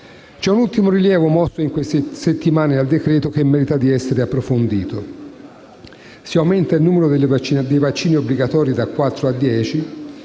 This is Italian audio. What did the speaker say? C'è un ultimo rilievo, rivolto nelle passate settimane al decreto-legge, che merita di essere approfondito. Si aumenta il numero di vaccini obbligatori da quattro